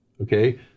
Okay